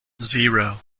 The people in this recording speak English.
zero